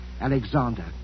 Alexander